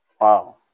Wow